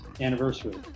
anniversary